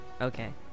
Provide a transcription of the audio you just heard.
Okay